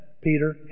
Peter